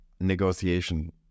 negotiation